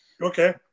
Okay